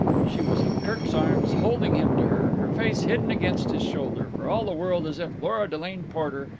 she was in kirk's arms, holding him to her, her face hidden against his shoulder, for all the world as if lora delane porter,